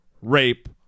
rape